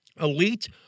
Elite